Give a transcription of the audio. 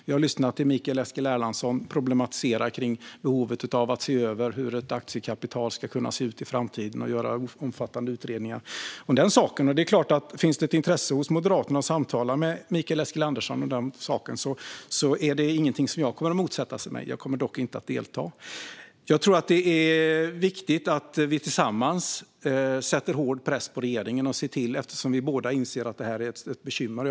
Jag har lyssnat till hur Mikael Eskilandersson problematiserar om behovet av ett aktiekapital i framtiden och gör omfattande utredningar om den saken. Finns det ett intresse hos Moderaterna av att samtala med Mikael Eskilandersson om den saken är det inget som jag kommer att motsätta mig. Jag kommer dock inte att delta. Jag tror att det är viktigt att vi tillsammans sätter hård press på regeringen eftersom vi båda inser att detta är ett bekymmer.